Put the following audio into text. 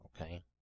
okay